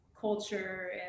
culture